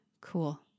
cool